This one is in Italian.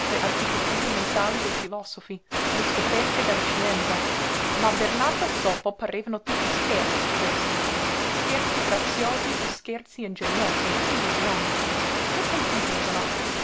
architetture mentali dei filosofi le scoperte della scienza ma a bernardo sopo parevano tutti scherzi questi scherzi graziosi o scherzi ingegnosi illusioni che concludevano